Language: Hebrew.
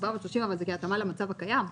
430 שקל זה התאמה למצב הקיים.